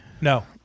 No